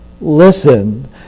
listen